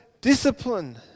discipline